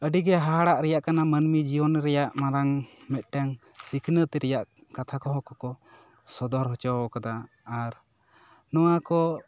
ᱟᱹᱰᱤᱜᱮ ᱦᱟᱦᱟᱲᱟᱜ ᱨᱮᱭᱟᱜ ᱠᱟᱱᱟ ᱢᱟᱹᱱᱢᱤ ᱡᱤᱭᱚᱱ ᱨᱮᱭᱟᱜ ᱢᱟᱨᱟᱝ ᱢᱮᱫᱴᱮᱱ ᱥᱤᱠᱷᱱᱟᱹᱛ ᱨᱮᱭᱟᱜ ᱠᱟᱛᱷᱟ ᱠᱚᱦᱚᱸ ᱠᱚ ᱥᱚᱫᱚᱨ ᱦᱚᱪᱚᱣ ᱠᱟᱫᱟ ᱟᱨ ᱱᱚᱣᱟ ᱠᱚ